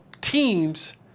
teams